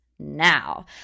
now